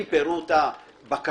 עם פירוט הבקשות.